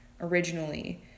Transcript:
originally